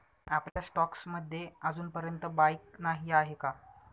आपल्या स्टॉक्स मध्ये अजूनपर्यंत बाईक नाही आहे का?